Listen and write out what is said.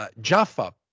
Jaffa